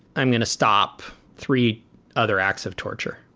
i'm going to stop three other acts of torture.